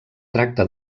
tracta